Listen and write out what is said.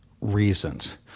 reasons